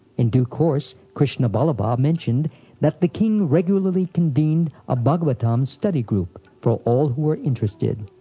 in due course, krishna ballabha mentioned that the king regularly convened a bhagavatam study group for all who were interested.